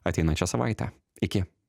ateinančią savaitę iki